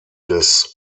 des